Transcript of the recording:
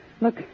Look